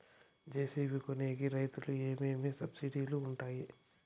JCB కొనేకి రైతుకు ఏమేమి సబ్సిడి లు వుంటాయి?